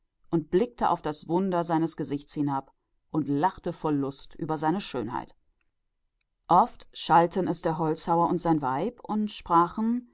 und sah hinunter auf das wunder seines gesichtes und lachte vor freude über seine schönheit oft schalten es der holzfäller und seine frau und sagten